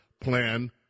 plan